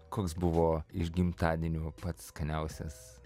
koks buvo iš gimtadienių pats skaniausias